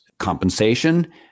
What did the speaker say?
Compensation